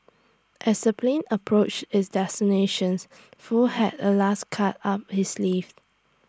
as the plane approached its destinations Foo had A last card up his sleeve